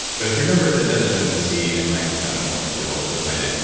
but if you remember the desert and the sea, and michael scott moore you'll you'll find it.